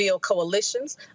coalitions